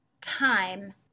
time